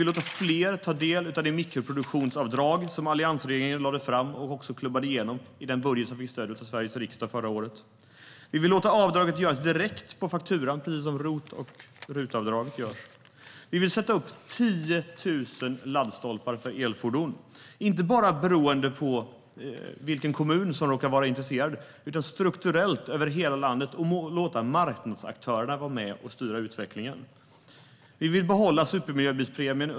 Låta fler få ta del av det mikroproduktionsavdrag som alliansregeringen lade fram och klubbade igenom i den budget som fick stöd av Sveriges riksdag förra året. Låta avdraget göras direkt på fakturan precis som för ROT och RUT-avdraget. Sätta upp 10 000 laddstolpar för elfordon inte bara beroende på vilken kommun som råkar vara intresserad utan strukturellt över hela landet och låta marknadsaktörerna vara med och styra utvecklingen. Behålla supermiljöbilspremien.